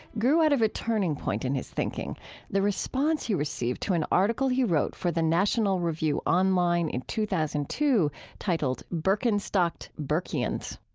grew out of a turning point in his thinking the response he received to an article he wrote for the national review online in two thousand and two titled birkenstocked burkeans.